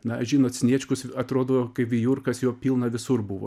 na žinot sniečkus atrodo kaip vijurkas jo pilna visur buvo